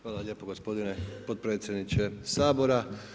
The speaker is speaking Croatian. Hvala lijepo gospodine potpredsjedniče Sabora.